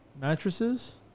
mattresses